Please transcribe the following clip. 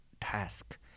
task